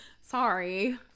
Sorry